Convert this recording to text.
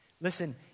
listen